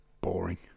Boring